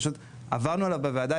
פשוט עברנו עליו בוועדה,